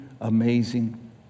amazing